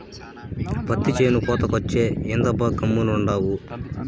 పత్తి చేను కోతకొచ్చే, ఏందబ్బా గమ్మునుండావు